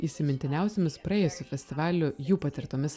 įsimintiniausiomis praėjusių festivalių jų patirtomis